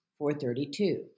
432